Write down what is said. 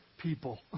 people